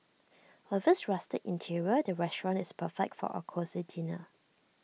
with its rustic interior the restaurant is perfect for A cosy dinner